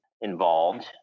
involved